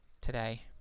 today